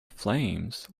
flames